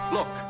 Look